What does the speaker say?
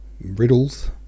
riddles